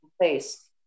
place